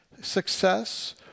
success